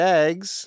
eggs